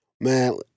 Man